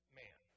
man